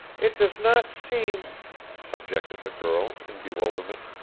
it does not seem objected the girl in bewilderment,